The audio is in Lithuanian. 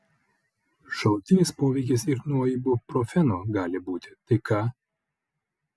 šalutinis poveikis ir nuo ibuprofeno gali būti tai ką